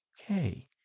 okay